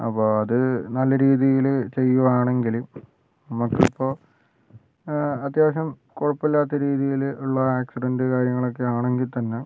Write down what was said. അപ്പോൾ അത് നല്ല രീതിയില് ചെയ്യുവാണെങ്കില് നമുക്കിപ്പോൾ അത്യാവശ്യം കുഴപ്പമില്ലാത്ത രീതിയില് ഉള്ള ആക്സിഡൻ്റ് കാര്യങ്ങളൊക്കെ ആണെങ്കിൽ തന്നെ